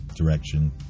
direction